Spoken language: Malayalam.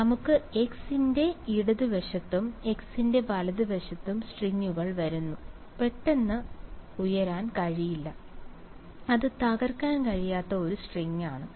അതിനാൽ നമുക്ക് x ന്റെ ഇടതുവശത്തും x ന്റെ വലതുവശത്തും സ്ട്രിംഗുകൾ വരുന്നു പെട്ടെന്ന് ഉയരാൻ കഴിയില്ല അത് തകർക്കാൻ കഴിയാത്ത ഒരു സ്ട്രിംഗാണ്